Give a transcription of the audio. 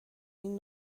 این